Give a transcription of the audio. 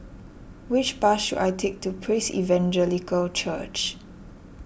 which bus should I take to Praise Evangelical Church